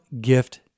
gift